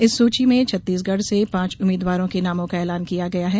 इस सूची में छत्तीसगढ़ से पांच उम्मीदवारों के नामों का ऐलान किया गया है